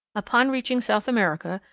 upon reaching south america,